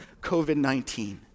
COVID-19